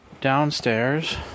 downstairs